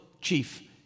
chief